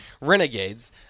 Renegades